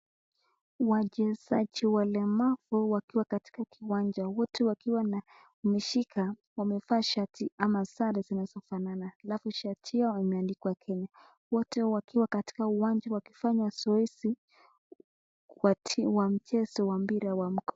Wachezaji walemavu wakiwa katika kiwanja. Wote wakiwa na wameshika, wamevaa shati ama sare zinazofanana, alafu shati yao imeandikwa Kenya. Wote wakiwa katika uwanja wakifanya zoezi wa mchezo wa mpira wa mguu.